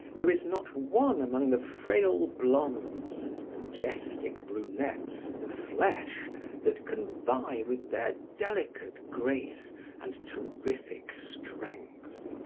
there is not one among the frail blondes and majestic brunettes of the flesh that can vie with their delicate grace and terrific strength.